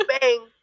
bang